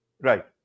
Right